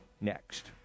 next